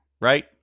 right